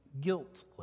guiltless